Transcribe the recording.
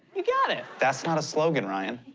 we got it. that's not a slogan, ryan.